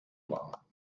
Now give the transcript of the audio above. war